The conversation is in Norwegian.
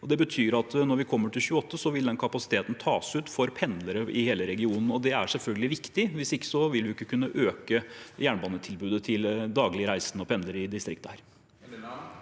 Det betyr at når vi kommer til 2028, vil den kapasiteten tas ut for pendlere i hele regionen. Det er selvfølgelig viktig. Hvis ikke vil vi ikke kunne øke jernbanetilbudet til daglig reisende og pendlere i distriktet her.